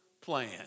plan